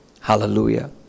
hallelujah